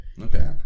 Okay